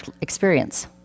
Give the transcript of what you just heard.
experience